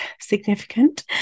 significant